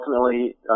ultimately